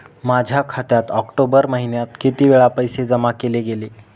माझ्या खात्यात ऑक्टोबर महिन्यात किती वेळा पैसे जमा केले गेले?